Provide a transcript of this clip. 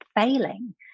failing